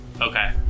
Okay